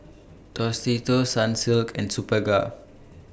Tostitos Sunsilk and Superga